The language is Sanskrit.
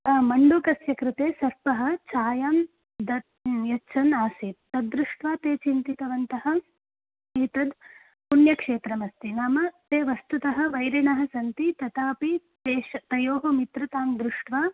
मण्डूकस्य कृते सर्पः छायां द यच्छन् आसीत् तद्दृष्ट्वा ते चिन्तितवन्तः एतद् पुण्यक्षेत्रमस्ति नाम ते वस्तुतः वैरिणः सन्ति तथापि तेषां तयोः मित्रतां दृष्ट्वा